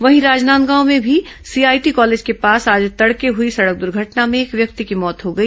वहीं राजनाजनांदगांव में भी सीआईटी कालेज के पास आज तड़के हुई सड़क दुर्घटना में एक व्यक्ति की मौत हो गई